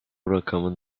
rakamın